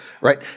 right